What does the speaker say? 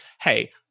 hey